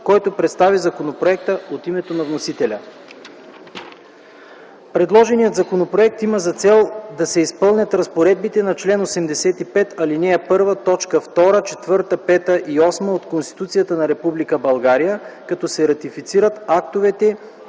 който представи законопроекта от името на вносителя. Предложеният законопроект има за цел да се изпълнят разпоредбите на чл. 85, ал. 1, т. 2, 4, 5 и 8 от Конституцията на Република България, като се ратифицират актовете,